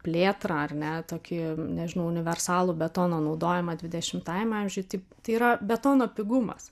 plėtrą ar ne tokį nežinau universalų betono naudojimą dvidešimtajame amžiuj tai tai yra betono pigumas